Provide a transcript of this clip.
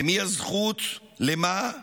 למי הזכות, למה ומדוע,